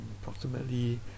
approximately